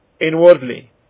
inwardly